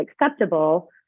acceptable